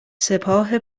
سپاه